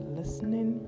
listening